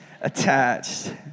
attached